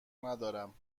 ندارم